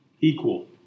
equal